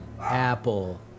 Apple